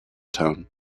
tone